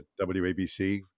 WABC